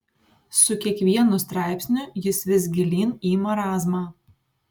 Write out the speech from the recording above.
su kiekvienu straipsniu jis vis gilyn į marazmą